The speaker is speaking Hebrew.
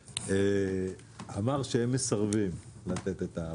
אמר שהם מסרבים לתת את הפטור.